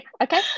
Okay